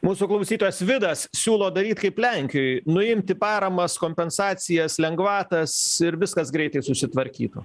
mūsų klausytojas vidas siūlo daryt kaip lenkijoj nuimti paramas kompensacijas lengvatas ir viskas greitai susitvarkytų